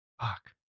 Fuck